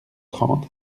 trente